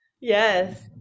Yes